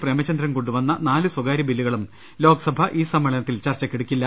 പ്രേമചന്ദ്രൻ കൊണ്ടുവന്ന നാല് സ്വകാര്യ ബില്ലുകളും ലോക്സഭ ഈ സമ്മേളനത്തിൽ ചർച്ച ക്കെടുക്കില്ല